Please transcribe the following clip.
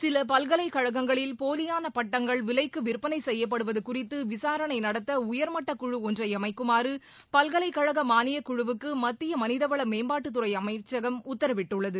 சில பல்கலைக் கழகங்களில் போலியான பட்டங்கள் விலைக்கு விற்பனை செய்யப்படுவது குறித்து விசாரணை நடத்த உயர்மட்டக்குழு ஒன்றை அமைக்குமாறு பல்கலைக்கழக மானியக்குழுவுக்கு மத்திய மனிதவள மேம்பாட்டுத்துறை அமைச்சகம் உத்தரவிட்டுள்ளது